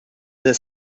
their